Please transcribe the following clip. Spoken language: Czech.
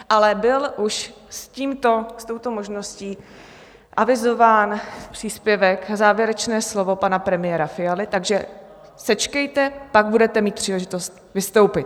Ale byl už s touto možností avizován příspěvek, závěrečné slovo pana premiéra Fialy, takže sečkejte, pak budete mít příležitost vystoupit.